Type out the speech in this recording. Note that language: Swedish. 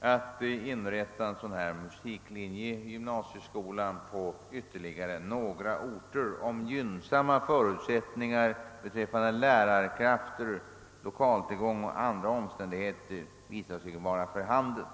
att inrätta en musiklinje i gymnasieskolan på ytterligare några orter, om gynnsamma förutsättningar beträffande lärarkrafter, lokaltillgång och andra omständigheter visar sig vara för handen.